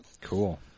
Cool